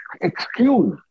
excuse